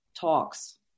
talks